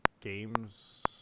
games